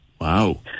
Wow